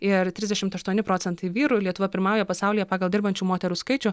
ir trisdešimt aštuoni procentai vyrų lietuva pirmauja pasaulyje pagal dirbančių moterų skaičių